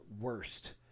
worst